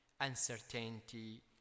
uncertainty